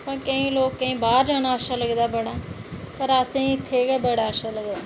पर केईं लोकें गी बाहर जाना अच्छा लगदा बड़ा पर असेंगी इत्थै गै बड़ा अच्छा लगदा